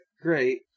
great